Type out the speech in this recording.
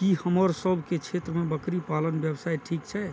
की हमर सब के क्षेत्र में बकरी पालन व्यवसाय ठीक छै?